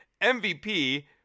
MVP